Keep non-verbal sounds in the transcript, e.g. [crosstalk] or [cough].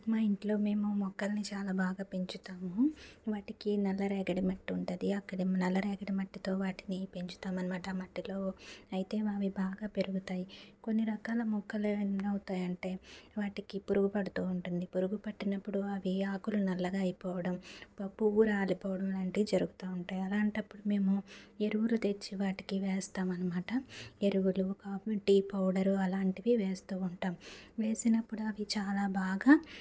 మా ఇంట్లో మేము మొక్కల్ని చాలా బాగా పెంచుతాము వాటికి నల్ల రేగడి మట్టి ఉంటది అక్కడి నల్ల రేగడి మట్టితో వాటిని పెంచుతామన్నమాట ఆ మట్టిలో అయితే అవి బాగా పెరుగుతాయి కొన్ని రకాల మొక్కలు ఏమీ అవుతాయి అంటే వాటికి పురుగు పడుతూ ఉంటుంది పురుగు పట్టినప్పుడు అవి ఆకులు నల్లగా అయిపోవడం పప్పువ్వు రాలిపోవడం లాంటివి జరుగుతా ఉంటాయి అలాంటప్పుడు మేము ఎరుగులు తెచ్చి వాటికి వేస్తాం అనమాట ఎరువులు [unintelligible] టీ పౌడర్ అలాంటివి వేస్తూ ఉంటాం వేసినప్పుడు అవి చాలా బాగా